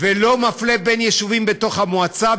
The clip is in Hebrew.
ולא מפלה בין יישובים בתוך המועצה,